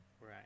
right